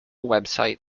website